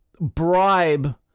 bribe